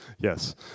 Yes